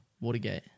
Watergate